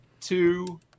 two